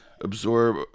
absorb